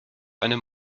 einem